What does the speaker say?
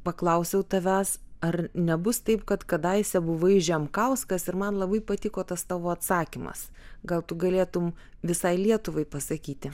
paklausiau tavęs ar nebus taip kad kadaise buvai žemkauskas ir man labai patiko tas tavo atsakymas gal tu galėtum visai lietuvai pasakyti